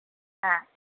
ஆ